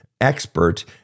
expert